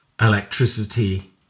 Electricity